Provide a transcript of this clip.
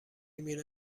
میره